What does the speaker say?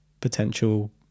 potential